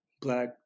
black